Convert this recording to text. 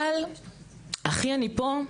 אבל הכי אני פה,